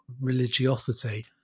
religiosity